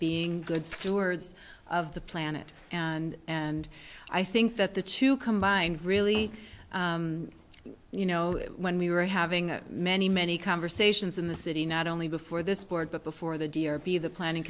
being good stewards of the planet and and i think that the two combined really you know when we were having many many conversations in the city not only before this board but before the d r p the planning